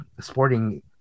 sporting